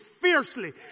fiercely